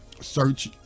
search